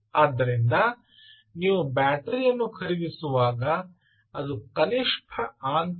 ಆದ್ದರಿಂದ ನೀವು ಬ್ಯಾಟರಿಯನ್ನು ಖರೀದಿಸುವಾಗಿ ಅದು ಕನಿಷ್ಟ ಆಂತರಿಕ ಸೋರಿಕೆಯನ್ನು ಹೊಂದಿಬೇಕು